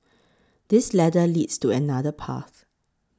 this ladder leads to another path